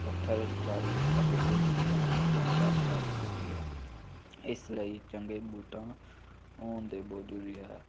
ਪੱਥਰ ਝਾੜੀ ਅਤੇ ਉਹ ਚੀਜ਼ਾਂ ਤੋਂ ਸੱਟ ਲੱਗ ਸਕਦੀ ਆ ਇਸ ਲਈ ਚੰਗੇ ਬੂਟਾਂ